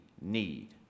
need